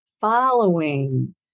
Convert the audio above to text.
following